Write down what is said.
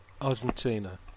Argentina